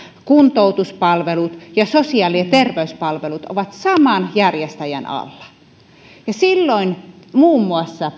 kuntoutuspalvelut ja sosiaali ja terveyspalvelut ovat saman järjestäjän alla ja silloin muun muassa